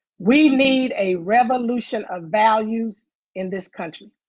we need a revolution of values in this country.